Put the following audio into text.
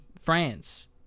France